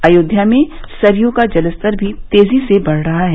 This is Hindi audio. अयोध्या में सरयू का जलस्तर भी तेजी से बढ़ रहा है